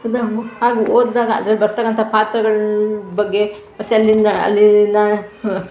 ನಾವು ಹಾಗೆ ಓದಿದಾಗ ಅದ್ರಲ್ಲಿ ಬರ್ತಕ್ಕಂಥ ಪಾತ್ರಗಳ ಬಗ್ಗೆ ಮತ್ತು ಅಲ್ಲಿಯ ಅಲ್ಲಿಯ